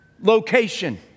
location